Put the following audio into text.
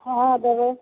हँ देबै